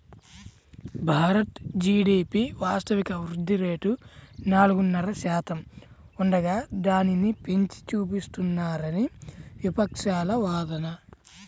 Bharat GDP వాస్తవిక వృద్ధి రేటు నాలుగున్నర శాతం ఉండగా దానిని పెంచి చూపిస్తున్నారని విపక్షాల వాదన